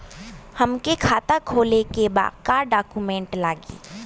हमके खाता खोले के बा का डॉक्यूमेंट लगी?